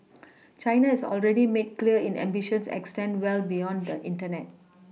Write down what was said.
China has already made clear in ambitions extend well beyond the Internet